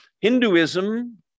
Hinduism